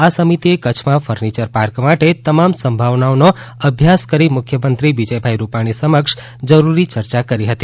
આ સમિતિએ કચ્છમાં ફર્નિચર પાર્ક માટે તમામ સંભાવનાઓનો અભ્યાસ કરી મુખ્યમંત્રી વિજયભાઈ રૂપાણી સમક્ષ જરૂરી ચર્ચા કરી હતી